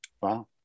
Wow